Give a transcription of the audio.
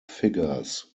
figures